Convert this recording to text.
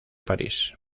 parís